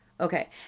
Okay